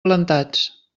plantats